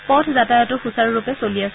পথ যাতায়াতো সূচাৰুৰূপে চলি আছে